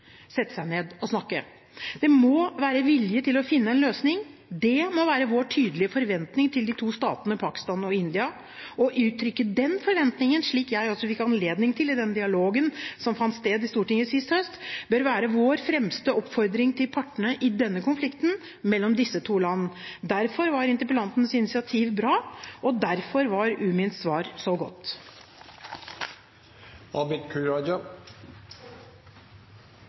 sette seg ned og snakke. Det må være vilje til å finne en løsning. Det må være vår tydelige forventning til de to statene Pakistan og India. Å uttrykke den forventningen, slik jeg også fikk anledning til i denne dialogen som fant sted på Stortinget sist høst, bør være vår fremste oppfordring til partene i denne konflikten mellom disse to land. Derfor var interpellantens initiativ bra, og derfor var utenriksministerens svar så godt.